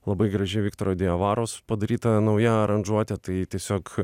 labai graži viktoro diavaros padaryta nauja aranžuotė tai tiesiog